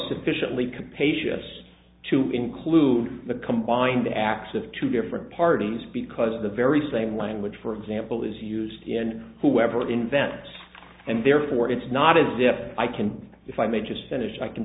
sufficiently capacious to include the combined acts of two different parties because the very same language for example is used in whoever invents and therefore it's not as if i can if i may just finish i can